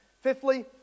Fifthly